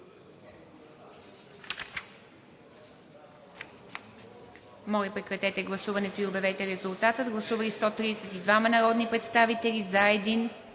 Моля, прекратете гласуването и обявете резултата. Гласували 101 народни представители, за 87,